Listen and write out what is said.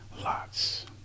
Lots